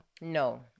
No